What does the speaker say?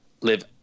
live